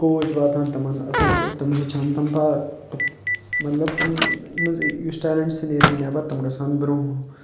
کوچ واتان تِمَن اَصٕل پٲٹھۍ تِم ہیٚچھان تِم پا مطلب تِم ٹیلَنٹس نیرِہے نٮ۪بَر تِم گژھ ہن برٛونٛہہ